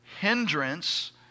hindrance